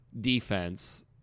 defense